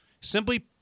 Simply